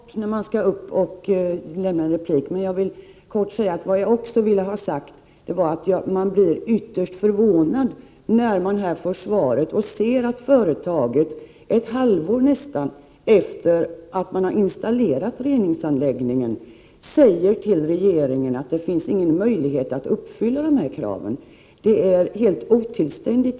Herr talman! Taletiden är ju kort när man skall göra ett andra inlägg, men jag vill också ha sagt att man blir ytterst förvånad när man ser att företaget nästan ett halvår efter det att man installerat reningsanläggningen säger till regeringen att det inte finns någon möjlighet att uppfylla dessa krav. Jag tycker att det är helt otillständigt.